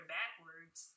backwards